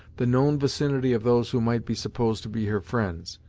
the known vicinity of those who might be supposed to be her friends,